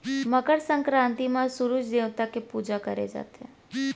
मकर संकरांति म सूरूज देवता के पूजा करे जाथे